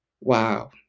wow